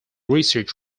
research